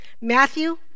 Matthew